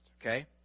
okay